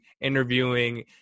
interviewing